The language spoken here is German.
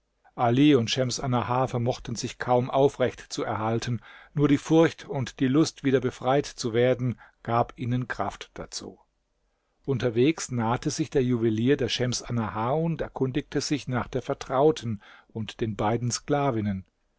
ali und schems annahar vermochten sich kaum aufrecht zu erhalten nur die furcht und die lust wieder befreit zu werden gab ihnen kraft dazu unterwegs nahte sich der juwelier der schems annahar und erkundigte sich nach der vertrauten und den beiden sklavinnen